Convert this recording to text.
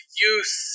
youth